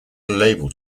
label